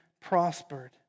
prospered